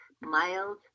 mild